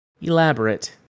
elaborate